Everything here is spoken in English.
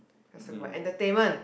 as in for entertainment